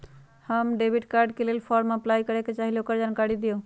हम debit card के लेल फॉर्म अपलाई करे के चाहीं ल ओकर जानकारी दीउ?